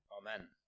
Amen